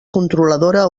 controladora